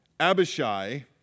Abishai